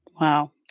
Wow